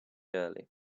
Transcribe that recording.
early